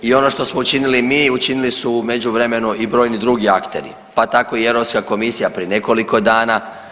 I ono što smo učinili mi učinili su u međuvremenu i brojni drugi akteri, pa tako i Europska komisija prije nekoliko dana.